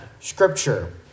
scripture